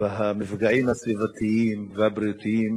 מבחינת סיכון כלכלי,